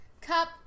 cup